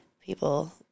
people